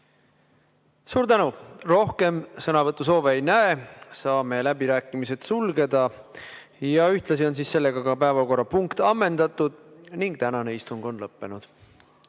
Suur tänu! Rohkem sõnavõtusoove ei näe, saame läbirääkimised sulgeda. Ühtlasi on sellega ka päevakorrapunkt ammendatud ning tänane istung on lõppenud.